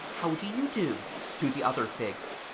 how do you do to the other figs,